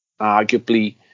arguably